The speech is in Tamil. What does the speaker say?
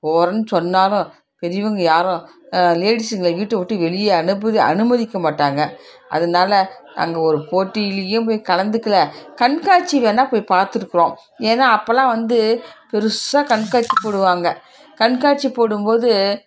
போகிறன்னு சொன்னாலும் பெரியவங்க யாரும் லேடிஸுங்கள வீட்டை விட்டு வெளிய அனுப்புது அனுமதிக்க மாட்டாங்கள் அதனால நாங்கள் ஒரு போட்டிலேயும் போய் கலந்துக்கல கண்காட்சி வேணால் போய் பார்த்துருக்குறோம் ஏன்னால் அபபோல்லாம் வந்து பெருசாக கண்காட்சி போடுவாங்கள் கண்காட்சி போடும்போது